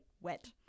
wet